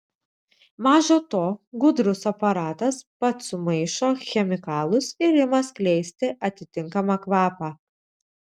maža to gudrus aparatas pats sumaišo chemikalus ir ima skleisti atitinkamą kvapą